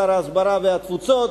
שר ההסברה והתפוצות,